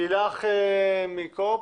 לילך דחוח.